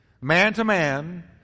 man-to-man